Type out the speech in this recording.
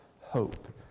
hope